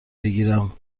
بگیرم